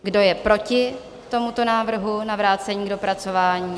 Kdo je proti tomuto návrhu na vrácení k dopracování?